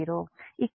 ఇక్కడ ఇది j 0